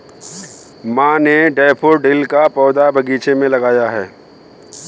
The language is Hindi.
माँ ने डैफ़ोडिल का पौधा बगीचे में लगाया है